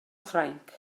ffrainc